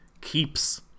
keeps